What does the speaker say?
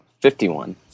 Fifty-one